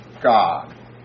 God